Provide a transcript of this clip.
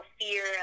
fear